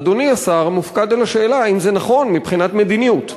אדוני השר מופקד על השאלה האם זה נכון מבחינת מדיניות.